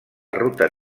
ruta